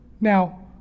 Now